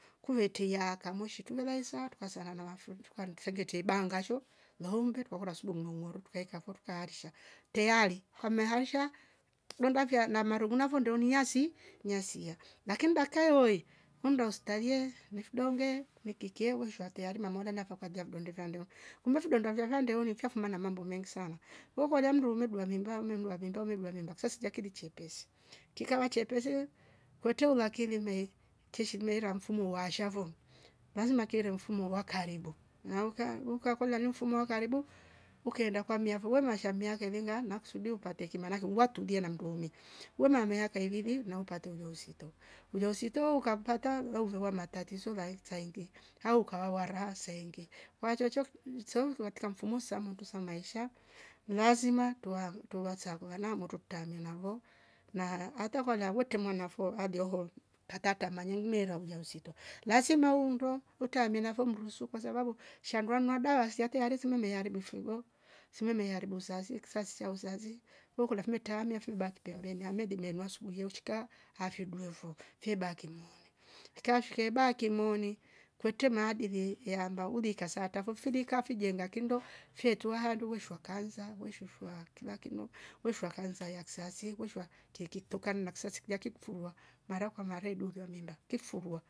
Kuveteia kamoshi tuveraisa tukansara na wafuru tukanu tutenge teba bangosho laombe tukakora sudu nngongoro tukaenda fu tukaarisha teale kamhe hansha lyonda vya na marengura vo ndomiasi miasia lakini dkka iwoe kunda hostali ye nif donge nikike ushwa teari namora nakakuambia vidonde vya ndo. kumbe vidonda vya vandeo ni mfyo mfuma na mambo mengi sana wekolia mdu membua mendua menur abendua meru abenda sasija kile chepesi chikawa chepesie kwete ulake kile mei keshimera mfumo wa shavo lazima kere mfumo wa karibu na uka uka kola mfumo wa karibu ukaenda kwa miavoo mashamia henenga maksudi upate etima uwa tulie na mndomi we mameaka ilivi na upate ujauzito. ujauzito ukapata ervua matatizo laeke kaenge au ukawa rasenge wachocho kidmm cheuzwa wakia mfumo samatu sa maisha lazima tuwa tuwasangu vana ndo tutamina vo na harta vana wote mwanafo alieho atata manyeumera ujauzito lazima uundwa utamena vo mnduzu kwasabau shandua madawa asiate wale sema mearibu fyogo seme meharibu uzazi ksasi uzazi hokola lakini tamia fidak tevelia namede dimela sungio uchika afyu duevo firda kimwone ekia fika bake kimooni kwete maadili yamba ulika saata fomfilika fijenga kindo fyetua handu weshua kaanza weshushwa kila kino weshua kaanza laksasi weshua tekitoka na ksasilia kimforwa mara kwa mare edunjua mimba kikfurua.